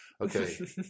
Okay